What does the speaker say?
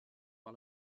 par